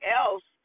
else